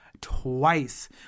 twice